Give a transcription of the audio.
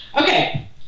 okay